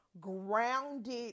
grounded